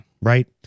Right